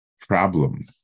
problem